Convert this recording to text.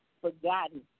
forgotten